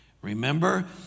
Remember